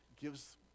gives